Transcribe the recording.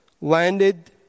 landed